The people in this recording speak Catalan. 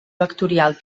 vectorial